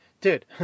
dude